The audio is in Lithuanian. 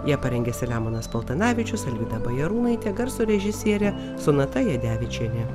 ją parengė selemonas paltanavičius alvyda bajarūnaitė garso režisierė sonata jadevičienė